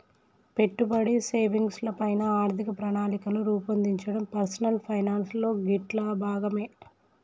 పెట్టుబడి, సేవింగ్స్ ల పైన ఆర్థిక ప్రణాళికను రూపొందించడం పర్సనల్ ఫైనాన్స్ లో గిట్లా భాగమే